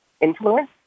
influence